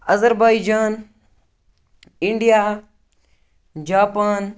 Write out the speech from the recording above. Azerbaijan India Japan